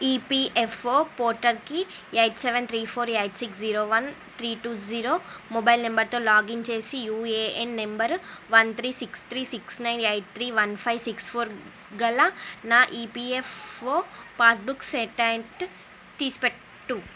EPFO పోర్టల్కి eight seven three four eight six zero one three two zero mobile నంబరుతో login చేసి UAN number one three six three six nine eight three one five six four గల నా EPFO passbook statement తీసిపెట్టు